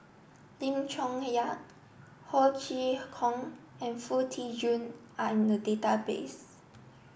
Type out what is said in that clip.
Lim Chong Yah Ho Chee Kong and Foo Tee Jun are in the database